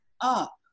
up